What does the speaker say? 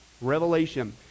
revelation